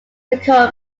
become